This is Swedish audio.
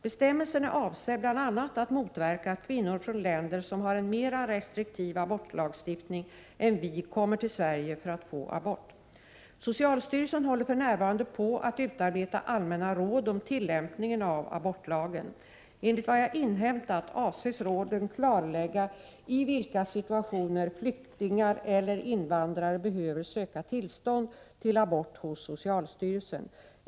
Bestämmelsen är avsedd bl.a. att motverka att kvinnor från länder som har en mera restriktiv abortlagstiftning än vi kommer till Sverige för att få abort. 33 Socialstyrelsen håller för närvarande på att utarbeta allmänna råd om tillämpningen av abortlagen. Enligt vad jag inhämtat avses råden klarlägga i vilka situationer flyktingar eller invandrare behöver söka tillstånd till abort hos socialstyrelsen.